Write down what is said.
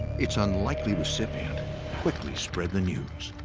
its unlikely recipient quickly spread the news.